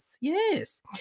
Yes